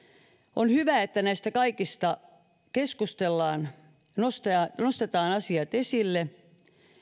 on hyvä että näistä kaikista keskustellaan nostetaan nostetaan asiat esille